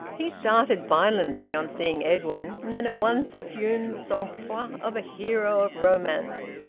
he started violently on seeing edwin, and then at once assumed the sang-froid of a hero of romance.